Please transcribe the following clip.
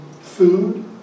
food